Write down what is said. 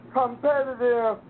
competitive